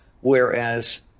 Whereas